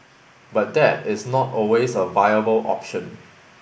but that is not always a viable option